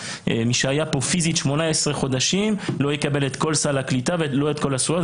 מי שהיה פה פיזית 18 חודשים לא יקבל את כל סל הקליטה ולא את כל הזכויות.